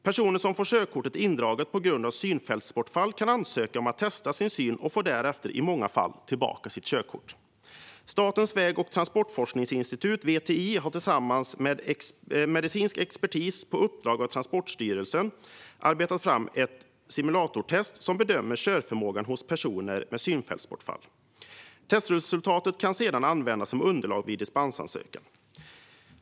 Personer som får körkortet indraget på grund av synfältsbortfall kan ansöka om att testa sin syn och får därefter i många fall tillbaka körkortet. Statens väg och transportforskningsinstitut, VTI, har tillsammans med medicinsk expertis på uppdrag av Transportstyrelsen arbetat fram ett simulatortest som bedömer körförmågan hos personer med synfältsbortfall. Testresultaten kan sedan användas som underlag vid dispensansökan.